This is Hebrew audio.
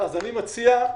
אני מציע,